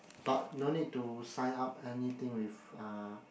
but no need to sign up anything with uh